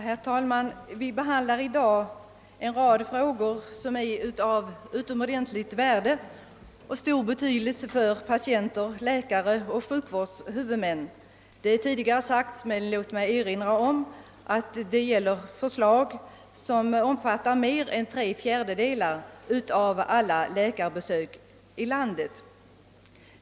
Herr talman! Vi behandlar i dag en rad frågor som är av utomordentligt värde och stor betydelse för patienter, läkare och sjukvårdshuvudmän. Det har sagts tidigare, men låt mig erinra om det ännu en gång, att förslagen beräknas omfatta mer än tre fjärdedelar av alla läkarbesök i landet.